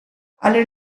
alle